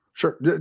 Sure